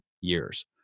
years